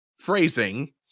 phrasing